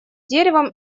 деревом